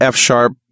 F-sharp